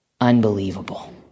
unbelievable